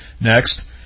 Next